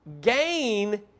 gain